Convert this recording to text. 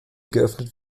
geöffnet